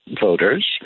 voters